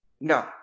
No